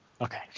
Okay